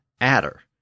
adder